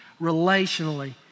relationally